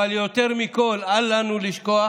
אבל יותר מכול, אל לנו לשכוח